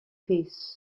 peace